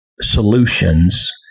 solutions